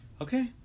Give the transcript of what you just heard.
Okay